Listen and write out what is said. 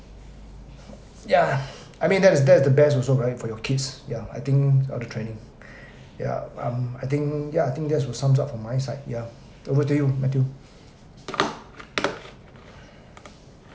yeah I mean that is that is the best also right for your kids yeah I think all the training yeah um I think yeah I think that's would sums up for my side yeah over to you matthew